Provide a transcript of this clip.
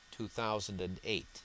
2008